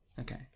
Okay